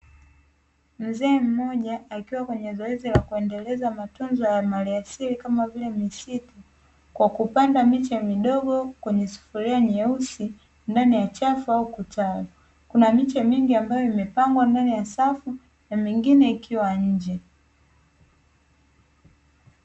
Mzee mmoja akiwa kwenye zoezi la kuendeleza matunzo ya maliasili kama vile misitu kwa kupanda miche midogo kwenye sufuria nyeusi ndani ya chafu au kitalu, kuna miche mingi ambayo imepangwa ndani ya safu na mingine ikiwa nje.